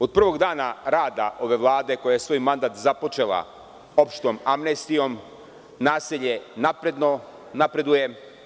Od prvog dana rada ove Vlade koji je svoj mandat započela opštom amnestijom, nasilje napreduje.